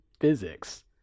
physics